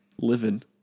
living